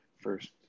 first